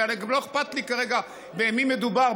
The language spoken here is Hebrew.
וגם לא אכפת לי כרגע במי מדובר,